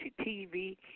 TV